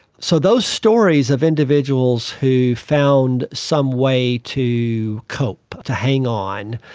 so those stories of individuals who found some way to cope, to hang on,